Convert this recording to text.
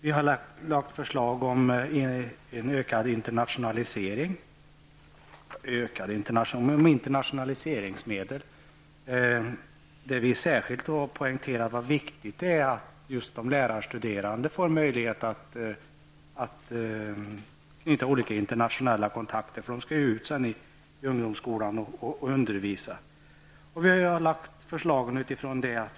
Vi har lagt fram förslag om en ökad internationalisering och om internationaliseringsmedel. Vi vill särskilt poängtera att det är viktigt att de lärarstuderande får möjligheter att knyta olika internationella kontakter. De skall ju sedan ut i ungdomsskolan och undervisa.